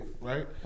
right